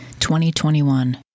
2021